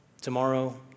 tomorrow